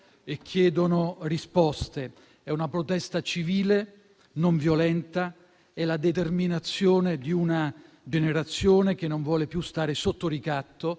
e chiedono risposte. È una protesta civile, non violenta; è la determinazione di una generazione che non vuole più stare sotto ricatto